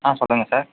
ஆ சொல்லுங்கள் சார்